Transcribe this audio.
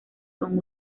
con